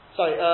Sorry